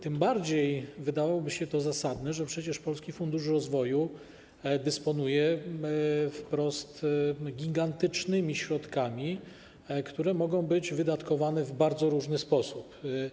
Tym bardziej wydałoby się to zasadne, że przecież Polski Fundusz Rozwoju dysponuje gigantycznymi środkami, które mogą być wydatkowane w bardzo różny sposób.